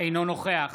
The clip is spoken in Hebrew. אינו נוכח